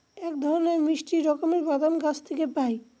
এক ধরনের মিষ্টি রকমের বাদাম গাছ থেকে পায়